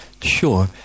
Sure